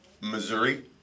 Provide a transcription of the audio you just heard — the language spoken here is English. Missouri